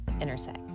intersect